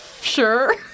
sure